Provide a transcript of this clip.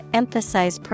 emphasize